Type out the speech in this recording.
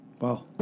Wow